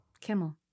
Kimmel